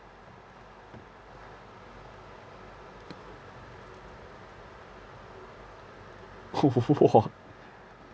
!wah!